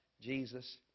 Jesus